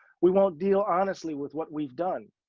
we won't deal honestly with what we've done,